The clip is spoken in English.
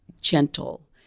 gentle